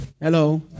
hello